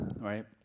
right